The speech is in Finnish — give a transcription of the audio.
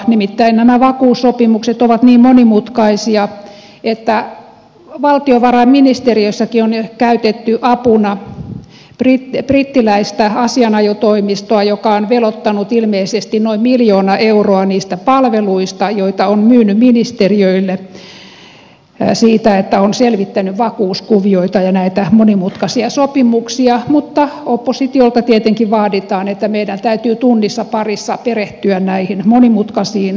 nimittäin nämä vakuussopimukset ovat niin monimutkaisia että valtiovarainministeriössäkin on käytetty apuna brittiläistä asianajotoimistoa joka on veloittanut ilmeisesti noin miljoona euroa niistä palveluista joita se on myynyt ministeriöille siitä että on selvittänyt vakuuskuvioita ja näitä monimutkaisia sopimuksia mutta oppositiolta tietenkin vaaditaan että meidän täytyy tunnissa parissa perehtyä näihin monimutkaisiin asiakirjoihin